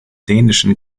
dänischen